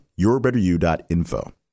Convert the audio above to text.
yourbetteryou.info